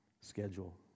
schedule